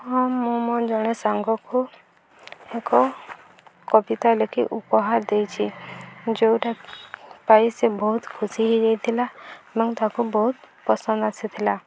ହଁ ମୁଁ ମୋ ଜଣେ ସାଙ୍ଗକୁ ଏକ କବିତା ଲେଖି ଉପହାର ଦେଇଛିି ଯେଉଁଟା ପାଇ ସେ ବହୁତ ଖୁସି ହେଇଯାଇଥିଲା ଏବଂ ତାକୁ ବହୁତ ପସନ୍ଦ ଆସିଥିଲା